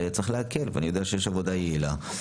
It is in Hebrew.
וצריך להכיר ואני יודע שיש עבודה יעילה.